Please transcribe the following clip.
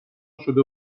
شده